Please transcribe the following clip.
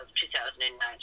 2009